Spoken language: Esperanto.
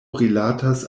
rilatas